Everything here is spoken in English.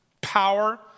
power